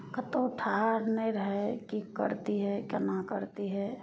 कतौ ठार नहि रहय की करितियै केना करतियै